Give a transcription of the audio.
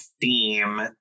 theme